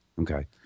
Okay